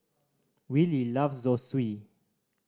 Willy loves Zosui